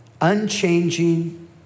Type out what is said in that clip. unchanging